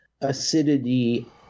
acidity